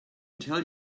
tell